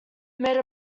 made